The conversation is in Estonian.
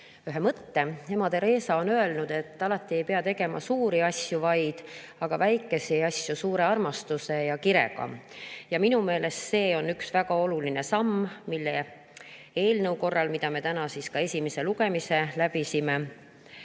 ühe mõtte. Ema Teresa on öelnud, et alati ei pea tegema suuri asju, vaid väikesi asju suure armastuse ja kirega. Ja minu meelest see on üks väga oluline samm selle eelnõu puhul, mille esimese lugemise me